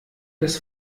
des